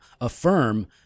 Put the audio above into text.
affirm